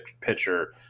pitcher